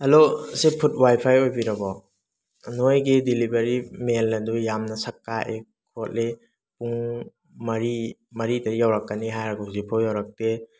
hello ꯁꯤ food ꯋꯥꯏꯐꯥꯏ ꯑꯣꯏꯕꯤꯔꯕꯣ ꯅꯣꯏꯒꯤ ꯗꯤꯂꯤꯚꯔꯤ ꯃꯦꯟ ꯑꯗꯨ ꯌꯥꯝꯅ ꯁꯛ ꯀꯥꯛꯑꯦ ꯈꯣꯠꯂꯤ ꯄꯨꯡ ꯃꯔꯤ ꯃꯔꯤꯗ ꯌꯧꯔꯛꯀꯅꯤ ꯍꯥꯏꯔꯒ ꯍꯧꯖꯤꯛꯐꯧ ꯌꯧꯔꯛꯇꯦ